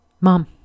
mom